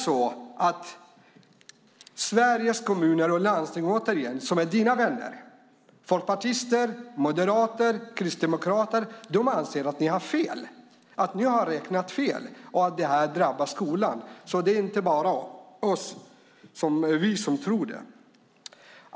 Såväl Sveriges Kommuner och Landsting som dina vänner - folkpartister, moderater och kristdemokrater - anser att ni har räknat fel och att detta drabbar skolan. Det är alltså inte bara vi som tror det.